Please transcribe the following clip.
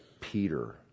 Peter